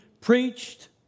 preached